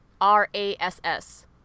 R-A-S-S